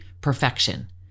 perfection